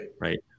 right